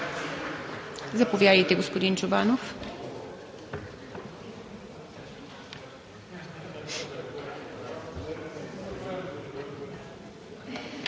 заповядайте, господин Чобанов.